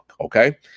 Okay